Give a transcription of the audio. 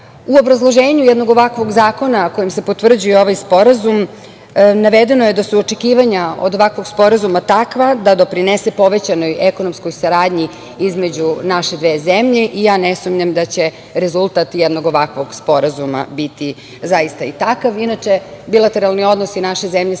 obrazloženju jednog ovakvog zakona, kojim se potvrđuje ovaj Sporazum, navedeno je da su očekivanja od jednog ovakvog sporazuma takva da doprinese povećanoj ekonomskoj saradnji između naše dve zemlje i ja ne sumnjam da će rezultat jednog ovakvog sporazuma biti zaista i takav. Inače, bilateralni odnosi naše zemlje sa